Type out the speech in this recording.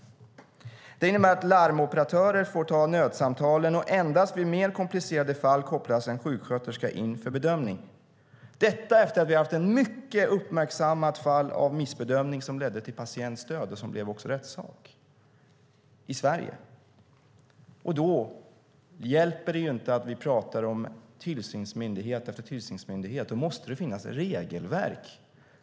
Det innebär att larmoperatörer får ta nödsamtalen och att endast vid mer komplicerade fall kopplas en sjuksköterska in för bedömning - detta efter ett mycket uppmärksammat fall i Sverige av missbedömning som ledde till en patients död och som också blev rättssak. Då hjälper det inte att vi talar om tillsynsmyndigheten för tillsynsmyndighet. Då måste det finnas regelverk.